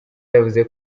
yavuze